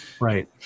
Right